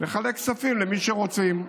לחלק כספים למי שרוצים,